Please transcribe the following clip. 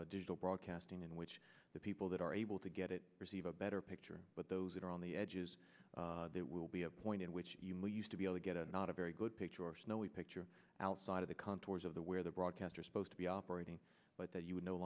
of digital broadcasting in which the people that are able to get it receive a better picture but those that are on the edges there will be a point in which you used to be able to get a not a very good picture or snowy picture outside of the contours of the where the broadcaster supposed to be operating but that you would no